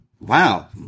Wow